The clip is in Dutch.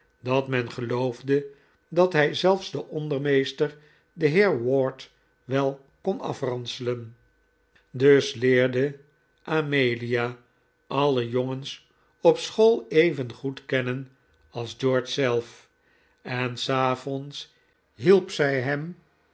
dat men geloofde dat hij zelfs den ondermeester den heer ward wel kon afranselen dus leerde amelia alle jongens op school even goed kennen als george zelf en s avonds hielp zij hem